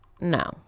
no